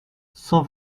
cent